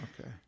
Okay